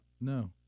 No